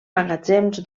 magatzems